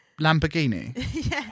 Lamborghini